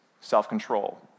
self-control